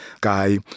guy